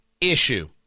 issue